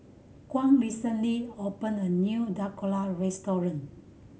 Kwame recently opened a new Dhokla Restaurant